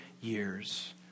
years